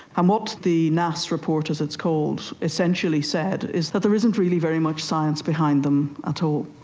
um what the nas report, as it's called, essentially said is that there isn't really very much science behind them at all,